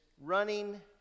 running